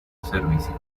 servicio